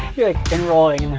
you're like, and rolling,